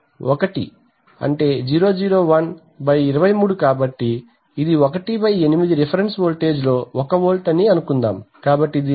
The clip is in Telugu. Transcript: కాబట్టి 1 00123 కాబట్టి ఇది 18 రిఫరెన్స్ వోల్టేజ్లో 1 వోల్ట్ అనుకుందాం కాబట్టి దీని విలువ 0